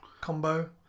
combo